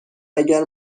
اگر